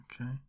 okay